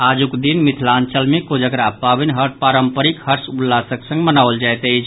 आजुक दिन मिथिलांचल मे कोजागरा पावनि पारंपरिक हर्ष उल्लासक संग मनाओल जायत अछि